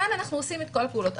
כאן אנחנו עושים את כל הפעולות.